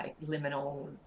liminal